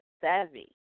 savvy